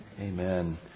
Amen